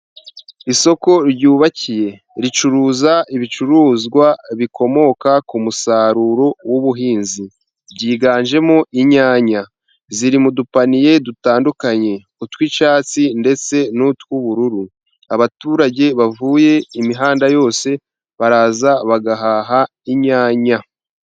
Isoko ryubakiye ricuruza ibicuruzwa bikomoka ku musaruro w'ubuhinzi, byiganjemo inyanya ziri mu dupaniye dutandukanye; utw'icyatsi ndetse n'utw'ubururu. Abaturage bavuye imihanda yose baraza bagahaha inyanya.